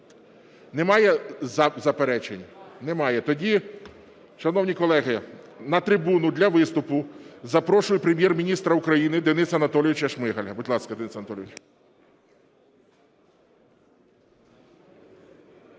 Немає заперечень? Немає. Тоді, шановні колеги, на трибуну для виступу запрошую Прем'єр-міністра України Дениса Анатолійовича Шмигаля. Будь ласка, Денис Анатолійович.